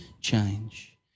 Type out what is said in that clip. change